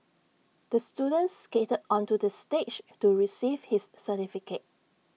the student skated onto the stage to receive his certificate